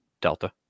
Delta